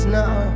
now